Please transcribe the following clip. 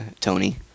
Tony